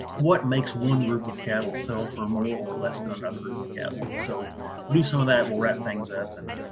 what makes one group of cattle sell for more or less than another group of cattle. so we will do some of that, we'll wrap things up, and